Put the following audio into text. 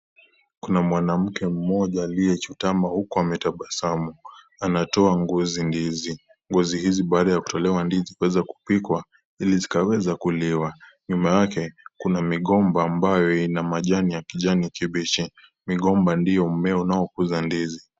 Kuna mwanamke mmoja aliyechuktuma huku ametabasamu. Anatoa ngozi ndizi. Ngozi hizi baada ya kutolewa ndizi huweza kupikwa ili zikaweza kuliwa. Nyuma yake kuna migomba ambayo ina majani ya kijani kibichi. Migomba ndio mmea unao kuza ndizi.